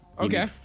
Okay